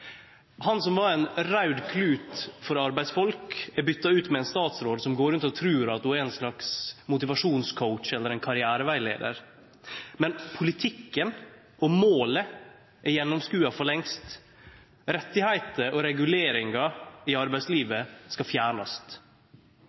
Han som var ein raud klut for arbeidsfolk, er bytt ut med ein statsråd som går rundt og trur at ho er ein slags motivasjonscoach eller karriererettleiar. Men politikken og målet er gjennomskoda for lengst – rettar og reguleringar i arbeidslivet skal fjernast.